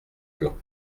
plans